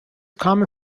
common